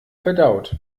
verdaut